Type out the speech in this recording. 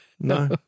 No